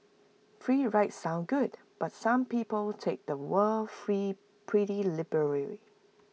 free rides sound good but some people take the word free pretty liberal